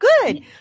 good